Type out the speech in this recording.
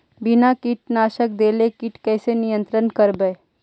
बिना कीटनाशक देले किट कैसे नियंत्रन करबै?